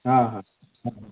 ହଁ ହଁ ହଁ